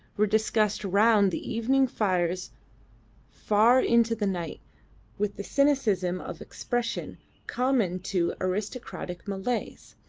were discussed round the evening fires far into the night with the cynicism of expression common to aristocratic malays,